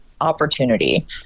opportunity